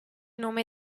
nome